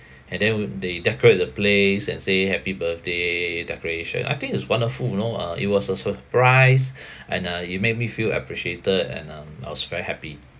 and then w~ they decorate the place and say happy birthday decoration I think is wonderful you know uh it was a surprise and uh you make me feel appreciated and um I was very happy